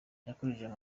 yakoresheje